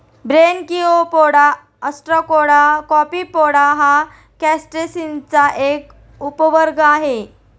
Branchiopoda, Ostracoda, Copepoda हा क्रस्टेसिअन्सचा एक उपवर्ग आहे